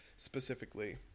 specifically